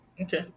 Okay